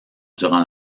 durant